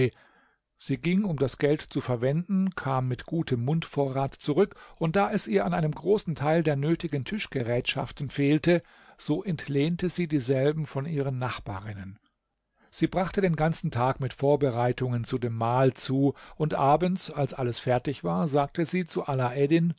sie ging um das geld zu verwenden kam mit gutem mundvorrat zurück und da es ihr an einem großen teil der nötigen tischgerätschaften fehlte so entlehnte sie dieselben von ihren nachbarinnen sie brachte den ganzen tag mit vorbereitungen zu dem mahl zu und abends als alles fertig war sagte sie zu